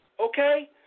okay